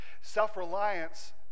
Self-reliance